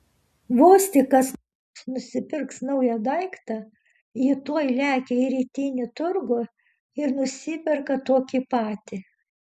vos tik kas nors nusipirks naują daiktą ji tuoj lekia į rytinį turgų ir nusiperka tokį patį